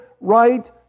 right